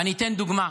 אני אתן דוגמה,